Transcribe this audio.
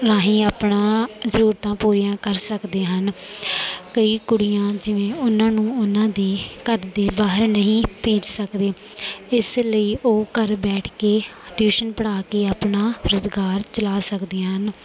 ਰਾਹੀਂ ਆਪਣਾ ਜ਼ਰੂਰਤਾਂ ਪੂਰੀਆਂ ਕਰ ਸਕਦੇ ਹਨ ਕਈ ਕੁੜੀਆਂ ਜਿਵੇਂ ਉਹਨਾਂ ਨੂੰ ਉਹਨਾਂ ਦੇ ਘਰਦੇ ਬਾਹਰ ਨਹੀਂ ਭੇਜ ਸਕਦੇ ਇਸ ਲਈ ਉਹ ਘਰ ਬੈਠ ਕੇ ਟਿਊਸ਼ਨ ਪੜ੍ਹਾ ਕੇ ਆਪਣਾ ਰੁਜ਼ਗਾਰ ਚਲਾ ਸਕਦੀਆਂ ਹਨ